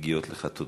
מגיעות לך תודות.